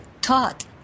taught